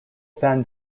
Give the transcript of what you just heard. fan